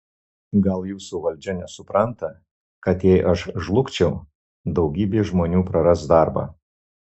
gal jūsų valdžia nesupranta kad jei aš žlugčiau daugybė žmonių praras darbą